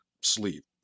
sleep